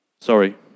Sorry